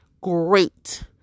great